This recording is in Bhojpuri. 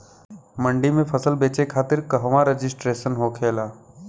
मंडी में फसल बेचे खातिर कहवा रजिस्ट्रेशन होखेला?